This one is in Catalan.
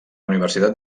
universitat